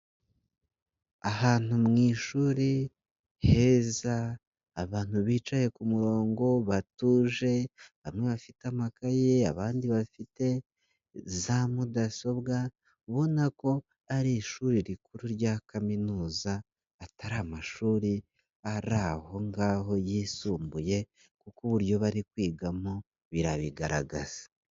Ahantu mu ishuri, heza, abantu bicaye ku murongo, batuje, bamwe bafite amakaye abandi bafite za mudasobwa, ubona ko ari ishuri rikuru rya kaminuza, atari amashuri ari ahongaho yisumbuye kuko uburyo bari kwigamo, birabigaragaza.